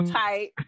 tight